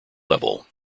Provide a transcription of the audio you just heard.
level